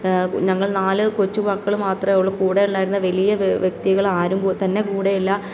ഞങ്ങൾ നാല് കൊച്ചു മക്കൾ മാത്രമേ ഉള്ളൂ കൂടെ ഉണ്ടായിരുന്ന വലിയ വ്യക്തികൾ ആരുംതന്നെ കൂടെയില്ല